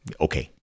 okay